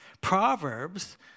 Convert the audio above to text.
Proverbs